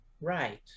right